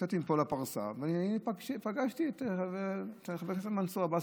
יצאתי מפה לפרסה ופגשתי את חבר הכנסת מנסור עבאס.